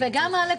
אלכס,